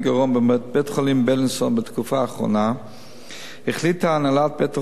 בבית-חולים "בילינסון" בתקופה האחרונה החליטה הנהלת בית-החולים,